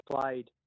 played